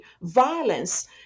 violence